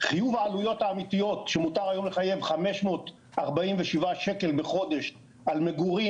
חיוב העלויות האמיתיות שמותר היום לחייב 547 ₪ בחודש על מגורים,